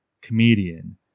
comedian